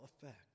effect